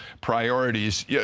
priorities